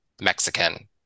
Mexican